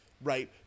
right